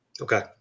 Okay